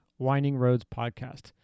windingroadspodcast